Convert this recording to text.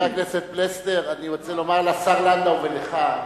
חבר הכנסת פלסנר, אני רוצה לומר לשר לנדאו ולך,